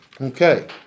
Okay